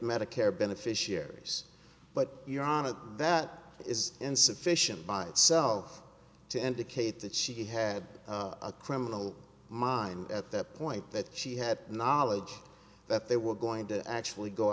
medicare beneficiaries but you're on it that is insufficient by itself to indicate that she had a criminal mind at that point that she had knowledge that they were going to actually go